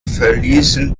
verließen